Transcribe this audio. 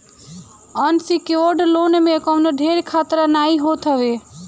unsecured loan में कवनो ढेर खतरा नाइ होत हवे